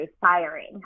firing